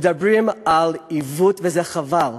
מדברים על עיוות, וזה חבל,